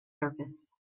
surface